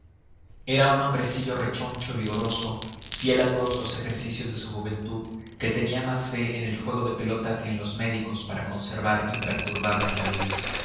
era un hombrecillo rechoncho vigoroso fiel a todos los ejercicios de su juventud que tenía más fe en el juego de pelota que en los médicos para conservar imperturbable salud